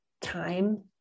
time